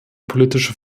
politische